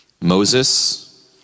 Moses